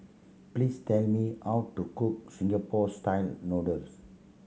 please tell me how to cook Singapore Style Noodles